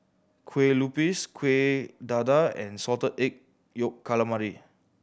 Kueh Lupis Kuih Dadar and Salted Egg Yolk Calamari